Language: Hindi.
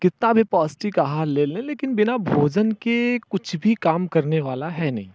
कितना भी पौष्टिक आहार लें लें लेकिन बिना भोजन के कुछ भी काम करने वाला है नहीं